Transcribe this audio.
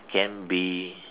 can be